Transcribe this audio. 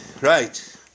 Right